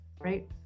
right